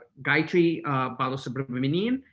gayatri but subramanian.